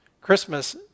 Christmas